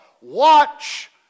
watch